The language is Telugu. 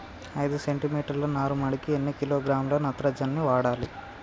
ఐదు సెంటి మీటర్ల నారుమడికి ఎన్ని కిలోగ్రాముల నత్రజని వాడాలి?